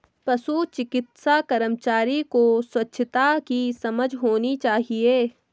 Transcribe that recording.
पशु चिकित्सा कर्मचारी को स्वच्छता की समझ होनी चाहिए